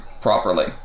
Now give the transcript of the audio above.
properly